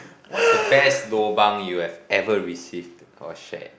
what's the best lobang you have ever received or shared